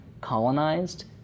colonized